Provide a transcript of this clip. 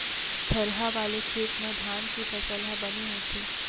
थरहा वाले खेत म धान के फसल ह बने होथे